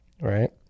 right